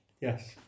Yes